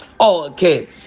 okay